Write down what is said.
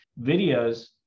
videos